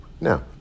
Now